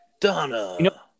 Donna